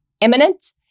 imminent